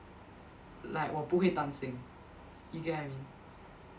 like 我不会担心 you get what I mean